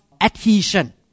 adhesion